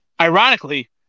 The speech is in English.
ironically